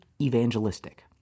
evangelistic